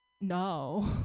No